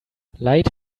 light